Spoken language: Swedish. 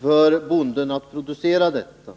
för bonden att producera detta.